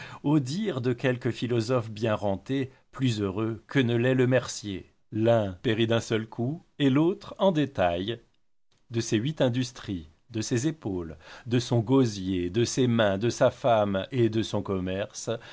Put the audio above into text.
au dire de quelques philosophes bien rentés plus heureux que ne l'est le mercier l'un périt d'un seul coup et l'autre en détail de ses huit industries de ses épaules de son gosier de ses mains de sa femme et de son commerce